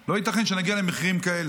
לא ייתכן שנגיע למחירים כאלה.